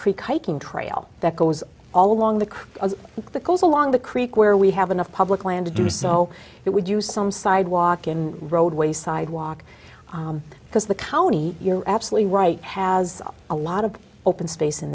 creek hiking trail that goes all along the creek the coast along the creek where we have enough public land to do so that we do some sidewalk in roadway sidewalk because the county you're absolutely right i has a lot of open space in